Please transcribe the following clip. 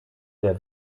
der